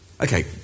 Okay